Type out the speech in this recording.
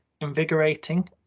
invigorating